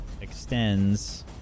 extends